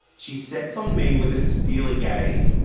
she sets on me with a steely gaze.